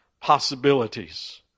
possibilities